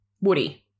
Woody